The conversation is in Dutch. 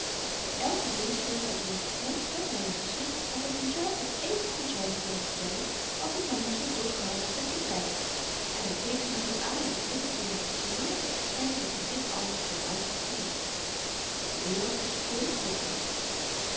by elke zinsnede uit leentjes mond zette hy n gezicht alsof i zelf dat even goed zou hebben kunnen vertellen als i t maar niet zoo druk gehad had met z'n pyp en hy keek z'n moeder aan met blikken die haar sommeerden te erkennen dat-i dit alles vooruit had geweten de wereld is vol stoffels